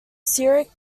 syriac